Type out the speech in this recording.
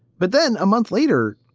but then a month later,